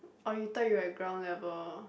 oh you thought you're at ground level